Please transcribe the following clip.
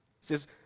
says